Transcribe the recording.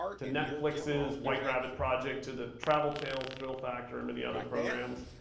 to netflix's white rabbit project, to the travel channel's thrill factor, and many other programs.